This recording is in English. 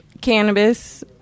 cannabis